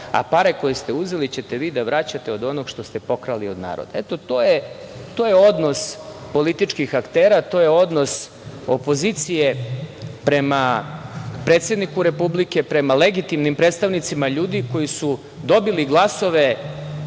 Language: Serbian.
a pare koje ste uzeli ćete vi da vraćate od onog što ste pokrali od naroda. Eto, to je odnos političkih aktera, to je odnos opozicije prema predsedniku Republike, prema legitimnim predstavnicima, ljudi koji su dobili glasove